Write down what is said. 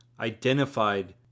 identified